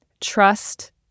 Trust